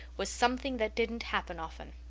was something that didn't happen often.